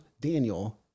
Daniel